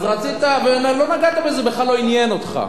לא נגעת בזה, זה בכלל לא עניין אותך.